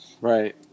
right